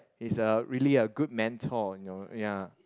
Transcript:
he's a really a good mentor you know ya